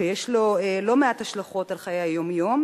שיש לו לא מעט השלכות על חיי היום-יום.